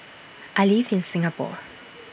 I live in Singapore